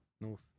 North